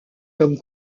comme